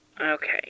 Okay